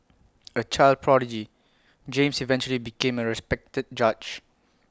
A child prodigy James eventually became A respected judge